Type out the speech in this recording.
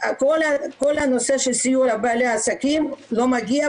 כל הנושא של סיוע לבעלי עסקים לא מגיע,